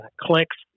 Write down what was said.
clicks